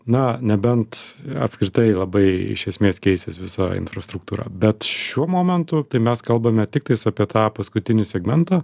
na nebent apskritai labai iš esmės keisis visa infrastruktūra bet šiuo momentu tai mes kalbame tiktais apie tą paskutinį segmentą